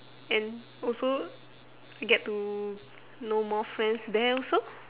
and also get to know more friends there also